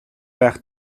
байх